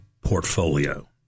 portfolio